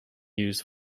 used